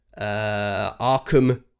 Arkham